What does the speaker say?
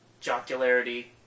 jocularity